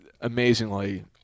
amazingly